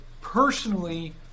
personally